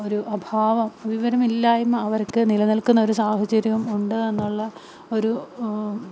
ഒരു അഭാവം വിവരമില്ലായ്മ അവർക്ക് നിലനിൽക്കുന്ന ഒരു സാഹചര്യമുണ്ടെന്നുള്ള ഒരു